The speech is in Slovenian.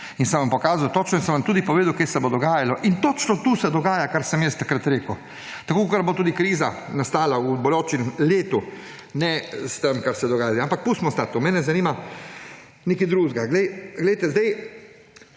In sem vam pokazal točno in sem vam tudi povedal, kaj se bo dogajalo. In točno to se dogaja, kar sem takrat rekel. Tako kot bo kriza nastala v bodočem letu, ne s tem, kar se dogaja zdaj – ampak pustimo stati, mene zanima nekaj drugega. Zdaj se